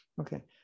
Okay